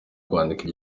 kwandika